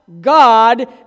God